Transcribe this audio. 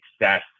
success